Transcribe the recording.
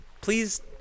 please